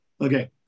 Okay